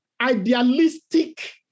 idealistic